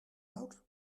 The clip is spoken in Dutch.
houdt